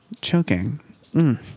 choking